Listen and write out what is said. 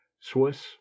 Swiss